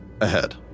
ahead